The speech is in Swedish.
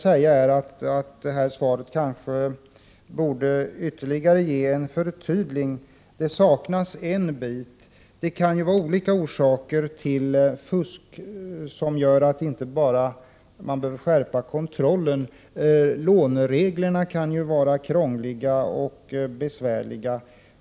Men svaret borde kanske ytterligare förtydligas; det saknas en bit. Det kan ju finnas olika orsaker till fusk, och det kan göra att man inte bara behöver skärpa kontrollen — lånereglerna kan vara krångliga och besvärliga.